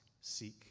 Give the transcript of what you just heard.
seek